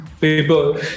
People